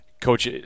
Coach